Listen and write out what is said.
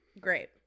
great